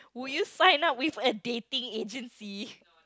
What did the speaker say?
will you sign up with a dating agency